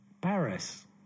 Paris